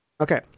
Okay